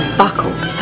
buckled